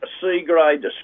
C-grade